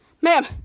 Ma'am